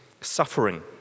suffering